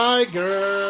Tiger